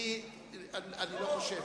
אדוני היושב-ראש,